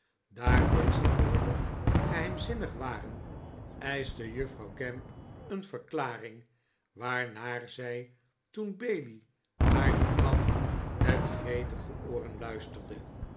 daar deze woorden geheimzinnig waren eischte juffrouw gamp een verklaring waarnaar zij toen bailey haar die gaf met gretige ooren luisterde